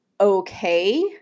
okay